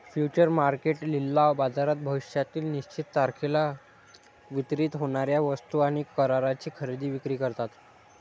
future market लिलाव बाजारात भविष्यातील निश्चित तारखेला वितरित होणार्या वस्तू आणि कराराची खरेदी विक्री करतात